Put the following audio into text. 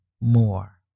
more